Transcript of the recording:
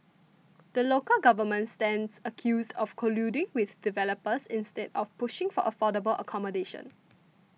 the local government stands accused of colluding with developers instead of pushing for affordable accommodation